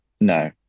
No